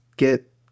get